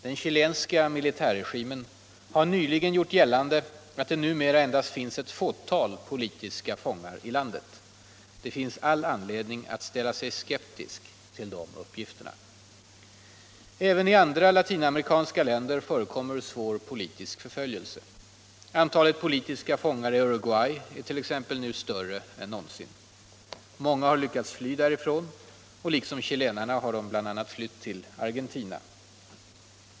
Den chilenska militärregimen har nyligen gjort gällande att det numera endast finns ett fåtal politiska fångar i landet. Det finns all anledning att ställa sig skeptisk till dessa uppgifter. Även i andra latinamerikanska länder förekommer svår politisk för följelse. Antalet politiska fångar i Uruguay är t.ex. nu större än någonsin. Många har lyckats fly därifrån. Liksom chilenarna har de bl.a. flytt till Argentina.